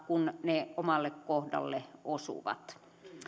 kun ne omalle kohdalle osuvat